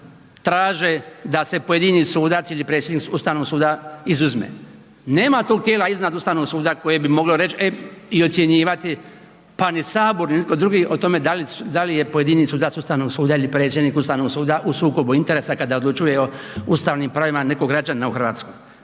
prava. Traže da se pojedini sudac ili predsjednik Ustavnog suda izuzme. Nema tog tijela iznad Ustavnog suda koje bi moglo reći i ocjenjivati, pa ni Sabor ni nitko drugi o tome da li je pojedini sudac Ustavnog suda ili predsjednik Ustavnog suda u sukobu interesa kada odlučuje o ustavnim pravima nekog građanina u Hrvatskoj.